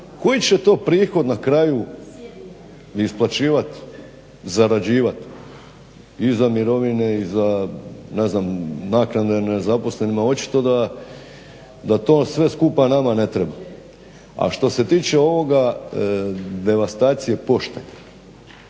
Koji će to prihod na kraju isplaćivati i zarađivati? I za mirovine i za ne znam naknade nezaposlenima? Očito da to sve skupa nama ne treba. A što se tiče ovoga devastacije Pošte,